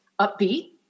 upbeat